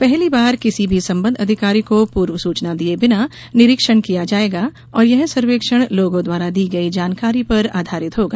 पहली बार किसी भी संबद्ध अधिकारी को पूर्व सूचना दिए बिना निरीक्षण किया जायेगा और यह सर्वेक्षण लोगों द्वारा दी गई जानकारी पर आधारित होगा